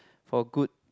for good